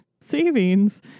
savings